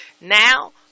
Now